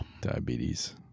Diabetes